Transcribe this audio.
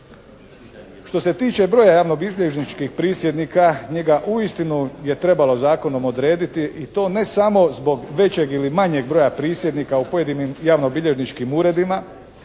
Što se tiče broja javnobilježničkih prisjednika njega uistinu je trebalo zakonom odrediti i to ne samo zbog većeg ili manjeg broja prisjednika u pojedinim javnobilježničkim uredima